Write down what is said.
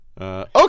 Okay